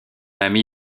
ami